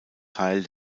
teil